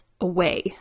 away